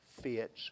fits